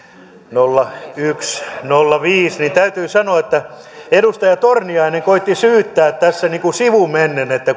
nolla yksi nolla viisi niin täytyy sanoa että edustaja torniainen koetti syyttää tässä sivumennen että